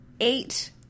eight